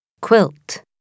Quilt